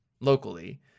locally